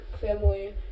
Family